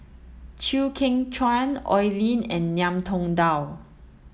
Chew Kheng Chuan Oi Lin and Ngiam Tong Dow